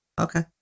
Okay